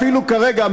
אפילו כרגע,